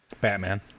Batman